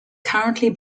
currently